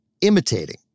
imitating